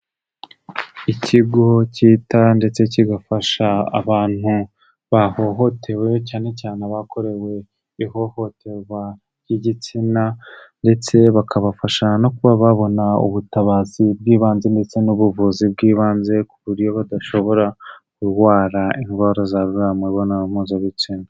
Ikigo cyita ndetse kigafasha abantu bahohotewe cyane cyane abakorewe ihohoterwa ry'igitsina, ndetse bakabafasha no kuba babona ubutabazi bw'ibanze ndetse n'ubuvuzi bw'ibanze, ku buryo badashobora kurwara indwara zandurira mu mibonano mpuzabitsina.